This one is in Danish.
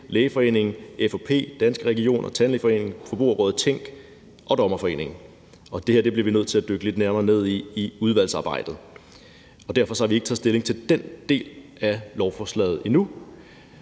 Lægeforeningen, F&P, Danske Regioner, Tandlægeforeningen, Forbrugerrådet Tænk og Dommerforeningen. Det her bliver vi nødt til at dykke lidt nærmere ned i i udvalgsarbejdet, hvorfor vi har ikke taget stilling til den del af lovforslaget endnu.